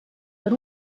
per